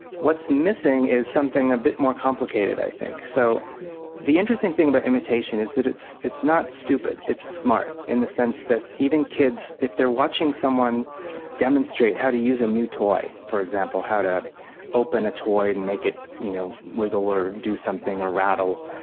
what's missing is something a bit more complicated i think. so the interesting thing about imitation is that it's it's not stupid, it's smart, in the sense that even kids, if they are watching someone demonstrate how to use a new toy, for example how to open a toy and make it you know wiggle or do something or rattle,